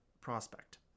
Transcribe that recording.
prospect